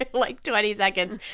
like like, twenty seconds.